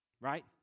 right